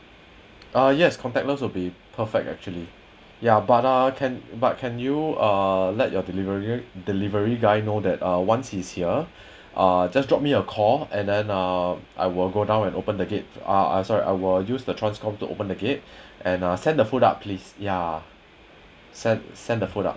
ah yes contactless would be perfect actually ya but ah can but can you uh let your delivery delivery guy know that uh once he's here ah just drop me a call and then uh I will go down and open the gates uh sorry I will use the transcom to open the gate and ah send the food up please ya